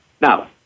Now